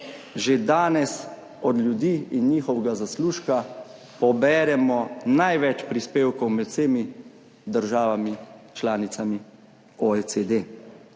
že danes od ljudi in njihovega zaslužka poberemo največ prispevkov med vsemi državami članicami OECD.